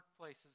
workplaces